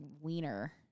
wiener